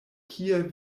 kie